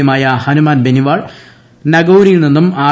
യുമായ ഹനുമാൻ ബെനിവാൾ നഗൌരിൽനിന്നും ആർ